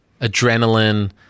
adrenaline